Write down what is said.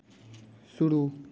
शुरू